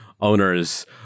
owners